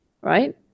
right